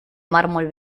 mármol